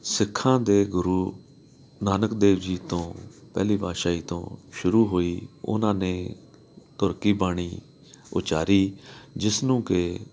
ਸਿੱਖਾਂ ਦੇ ਗੁਰੂ ਨਾਨਕ ਦੇਵ ਜੀ ਤੋਂ ਪਹਿਲੀ ਪਾਤਸ਼ਾਹੀ ਤੋਂ ਸ਼ੁਰੂ ਹੋਈ ਉਹਨਾਂ ਨੇ ਧੁਰ ਕੀ ਬਾਣੀ ਉਚਾਰੀ ਜਿਸ ਨੂੰ ਕਿ